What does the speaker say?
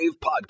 Podcast